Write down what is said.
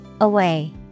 Away